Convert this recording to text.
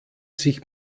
sich